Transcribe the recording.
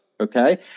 Okay